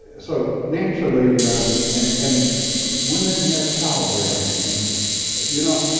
ah so naturally um and and women have childbearing and you know,